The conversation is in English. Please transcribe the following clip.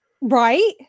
right